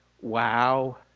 wow